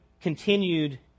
continued